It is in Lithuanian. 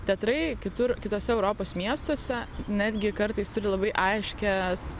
teatrai kitur kituose europos miestuose netgi kartais turi labai aiškias